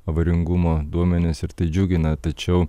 avaringumo duomenis ir tai džiugina tačiau